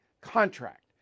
contract